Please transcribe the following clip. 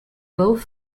both